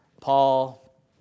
Paul